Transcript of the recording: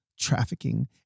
trafficking